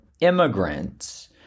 immigrants